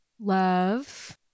love